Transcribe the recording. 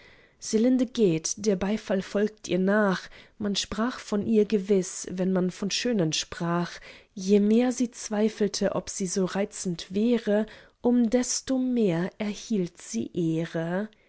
selinde geht der beifall folgt ihr nach man sprach von ihr gewiß wenn man von schönen sprach je mehr sie zweifelte ob sie so reizend wäre um desto mehr erhielt sie ehre